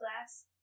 glass